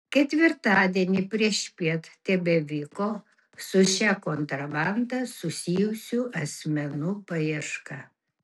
ketvirtadienį priešpiet tebevyko su šia kontrabanda susijusių asmenų paieška